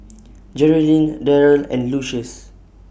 Geralyn Deryl and Lucius